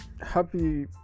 happy